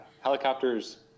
Helicopters